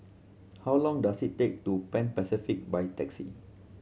how long does it take to Pan Pacific by taxi